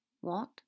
What